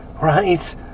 right